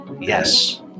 yes